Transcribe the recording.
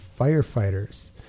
firefighters